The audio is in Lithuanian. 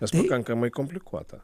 nes pakankamai komplikuota